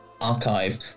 archive